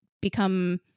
become